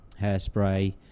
Hairspray